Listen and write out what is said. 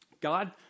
God